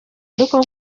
ariko